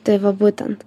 tai va būtent